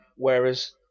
Whereas